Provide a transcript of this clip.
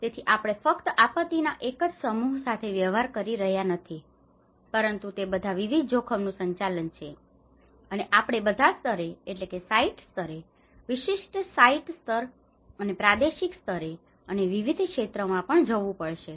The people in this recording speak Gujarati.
તેથી આપણે ફક્ત આપત્તિના એક જ સમૂહ સાથે વ્યવહાર કરી રહ્યા નથી પરંતુ તે બધા વિવિધ જોખમનું સંચાલન છે અને આપણે બધા સ્તરે એટલે કે સાઈટ સ્તરે વિશિષ્ટ સાઇટ સ્તર અને પ્રાદેશિક સ્તરે અને વિવિધ ક્ષેત્રોમાં પણ જવું પડશે